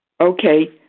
Okay